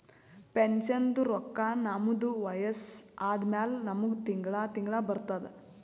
ಪೆನ್ಷನ್ದು ರೊಕ್ಕಾ ನಮ್ದು ವಯಸ್ಸ ಆದಮ್ಯಾಲ ನಮುಗ ತಿಂಗಳಾ ತಿಂಗಳಾ ಬರ್ತುದ್